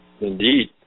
Indeed